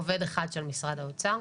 עובד אחד של משרד האוצר.